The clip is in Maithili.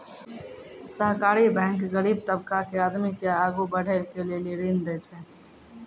सहकारी बैंक गरीब तबका के आदमी के आगू बढ़ै के लेली ऋण देय छै